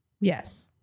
Yes